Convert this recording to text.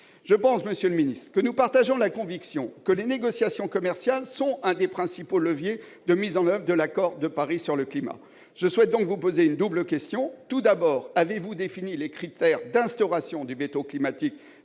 Monsieur le ministre d'État, nous partageons, me semble-t-il, la conviction que les négociations commerciales sont un des principaux leviers de mise en oeuvre de l'accord de Paris sur le climat. Je souhaite donc vous poser une double question. Premièrement, avez-vous défini les critères d'instauration du veto climatique,